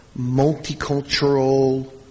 multicultural